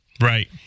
Right